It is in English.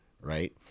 Right